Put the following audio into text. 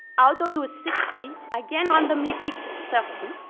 out of those sixty, again ah randomly picked thirty,